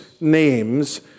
names